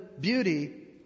beauty